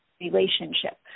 relationship